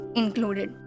included